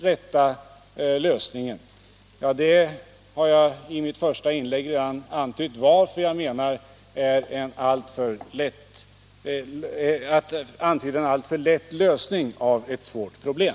Jag har redan i mitt första inlägg förklarat varför jag menar att det är en dålig lösning av ett svårt problem.